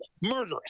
Murderous